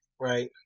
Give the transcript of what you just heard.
Right